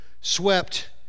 swept